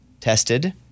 tested